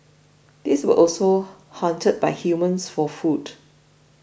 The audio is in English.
these were also hunted by humans for food